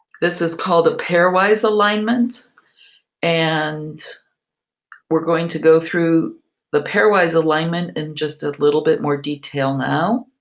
this is called the pairwise alignments and we're going to go through the pairwise alignment in just a little bit more detail now.